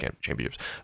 championships